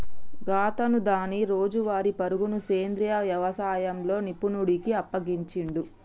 గాతను దాని రోజువారీ పరుగును సెంద్రీయ యవసాయంలో నిపుణుడికి అప్పగించిండు